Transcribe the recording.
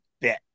bit